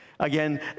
Again